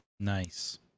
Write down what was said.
nice